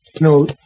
no